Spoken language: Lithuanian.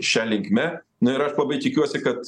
šia linkme na ir aš labai tikiuosi kad